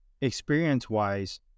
experience-wise